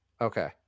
Okay